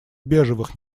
бежевых